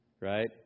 Right